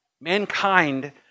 Mankind